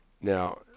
now